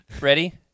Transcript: ready